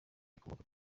rikomoka